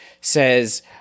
says